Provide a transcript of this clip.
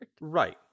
Right